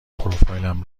پروفایلم